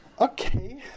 okay